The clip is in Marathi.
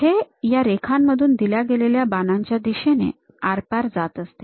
हे या रेखांमधून दिल्या गेलेल्या बाणांच्या दिशेने आरपार जात असते